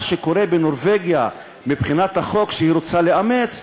שקורה בנורבגיה מבחינת החוק שהיא רוצה לאמץ,